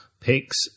picks